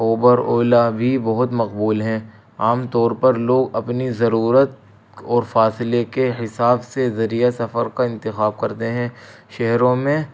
Uber Ola بھی بہت مقبول ہیں عام طور پر لوگ اپنی ضرورت اور فاصلے کے حساب سے ذریعہ سفر کا انتخاب کرتے ہیں شہروں میں